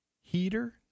heater